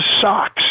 socks